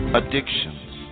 addictions